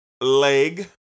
leg